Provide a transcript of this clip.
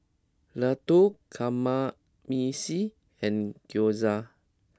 Ladoo Kamameshi and Gyoza